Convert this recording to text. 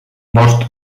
bost